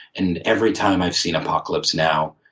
and every time i've seen apocalypse now,